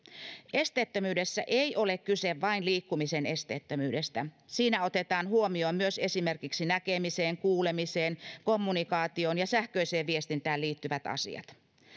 esteettömyydessä ei ole kyse vain liikkumisen esteettömyydestä siinä otetaan huomioon myös esimerkiksi näkemiseen kuulemiseen kommunikaatioon ja sähköiseen viestintään liittyvät asiat